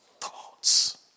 thoughts